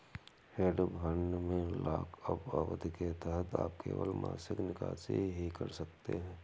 hedge fund में lockup अवधि के तहत आप केवल मासिक निकासी ही कर सकते हैं